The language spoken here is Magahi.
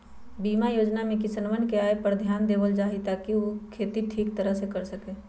बीमा योजना में किसनवन के आय पर ध्यान देवल जाहई ताकि ऊ खेती ठीक तरह से कर सके